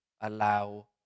allow